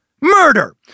Murder